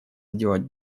сделать